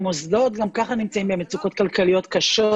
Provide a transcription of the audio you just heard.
המוסדות גם ככה נמצאות במצוקות כלכליות קשות,